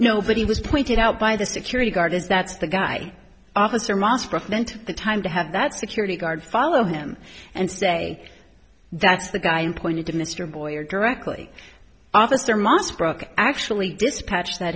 nobody was pointed out by the security guard as that's the guy officer monstrous meant the time to have that security guard follow him and say that's the guy and pointed to mr boyer directly officer must brooke actually dispatched that